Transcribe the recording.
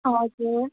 हजुर